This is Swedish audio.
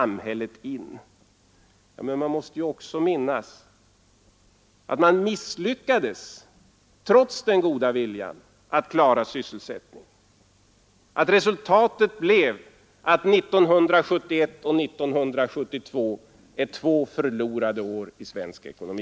Men vi måste också minnas att man trots den goda viljan misslyckades med att klara sysselsättningen och att resultatet blev att 1971 och 1972 är två förlorade år i svensk ekonomi.